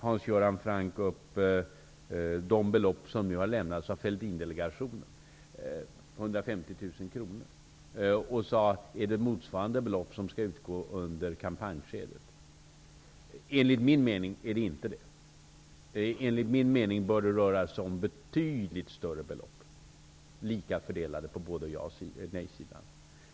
Hans Göran Franck upp de belopp som har lämnats av Fälldindelegationen, 150 000 kr, och undrade om det är motsvarande belopp som skall utgå under kampanjskedet. Enligt min mening är det inte det. Enligt min mening bör det röra sig om betydligt större belopp, lika fördelade på ja och nejsidan.